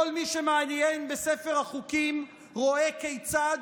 כל מי שמעיין בספר החוקים רואה כיצד,